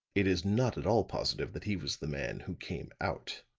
it is not at all positive that he was the man who came out.